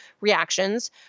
reactions